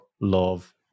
love